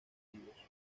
bandidos